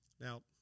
Now